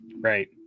Right